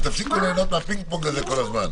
ותפסיקו ליהנות מהפינג פונג הזה כל הזמן.